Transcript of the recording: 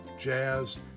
jazz